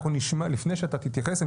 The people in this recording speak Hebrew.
לפני שאתה תתייחס,